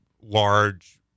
large